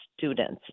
Students